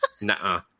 Nah